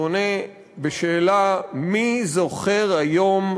אז הוא עונה בשאלה: מי זוכר היום,